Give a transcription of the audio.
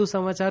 વધુ સમાચાર